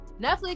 netflix